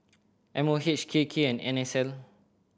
M O H K K and N S L